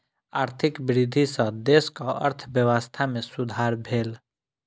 आर्थिक वृद्धि सॅ देशक अर्थव्यवस्था में सुधार भेल